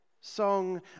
Song